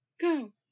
go